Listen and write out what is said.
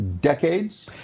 decades